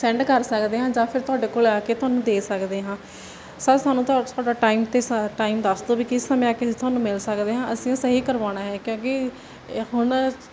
send ਕਰ ਸਕਦੇ ਆ ਜਾਂ ਫਿਰ ਤੁਹਾਡੇ ਕੋਲ ਆ ਕੇ ਤੁਹਾਨੂੰ ਦੇ ਸਕਦੇ ਹਾਂ ਸਰ ਸਾਨੂੰ ਤੁਹਾਡਾ ਟਾਈਮ ਤੇ ਟਾਈਮ ਦੱਸ ਦੋ ਵੀ ਕਿਸ ਤਰਾਂ ਮੈਂ ਕਿਸੇ ਤੁਹਾਨੂੰ ਮਿਲ ਸਕਦੇ ਆਂ ਅਸੀਂ ਉਹ ਸਹੀ ਕਰਵਾਉਣਾ ਹੈ ਕਿਉਂਕਿ ਹੁਣ ਤਾਂ